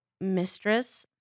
mistress